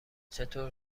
چطور